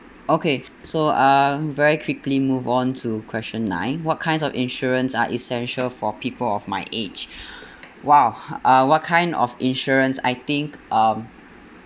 okay so uh very quickly move on to question nine what kinds of insurance are essential for people of my age !wow! uh what kind of insurance I think um